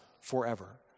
forever